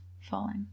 falling